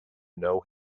know